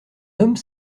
homme